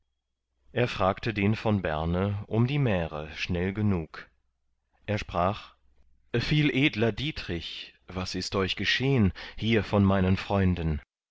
er fragte den von berne um die märe schnell genug er sprach viel edler dietrich was ist euch geschehn hier von meinen freunden